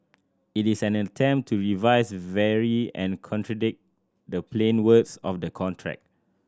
it is an attempt to revise vary and contradict the plain words of the contract